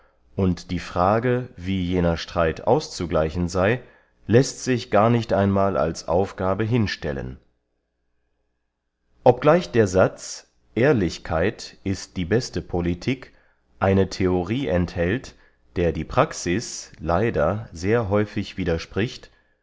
und die frage wie jener streit auszugleichen sey läßt sich gar nicht einmal als aufgabe hinstellen obgleich der satz ehrlichkeit ist die beste politik eine theorie enthält der die praxis leider sehr häufig widerspricht